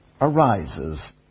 arises